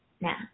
Now